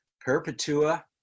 perpetua